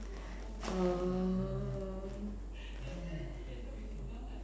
err